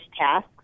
tasks